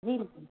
जी जी